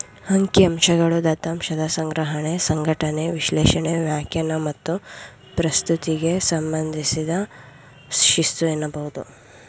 ಅಂಕಿಅಂಶಗಳು ದತ್ತಾಂಶದ ಸಂಗ್ರಹಣೆ, ಸಂಘಟನೆ, ವಿಶ್ಲೇಷಣೆ, ವ್ಯಾಖ್ಯಾನ ಮತ್ತು ಪ್ರಸ್ತುತಿಗೆ ಸಂಬಂಧಿಸಿದ ಶಿಸ್ತು ಎನ್ನಬಹುದು